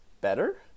Better